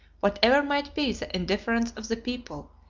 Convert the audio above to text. whatever might be the indifference of the people,